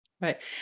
right